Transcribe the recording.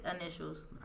initials